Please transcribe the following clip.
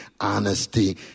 honesty